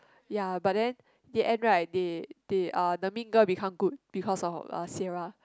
ya but then year end right they they uh the mean girl become good because of uh Sierra